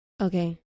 Okay